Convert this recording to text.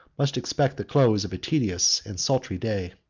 must expect the close of a tedious and sultry day.